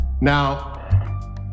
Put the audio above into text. Now